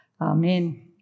Amen